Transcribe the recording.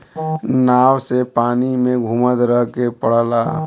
नाव से पानी में घुमत रहे के पड़ला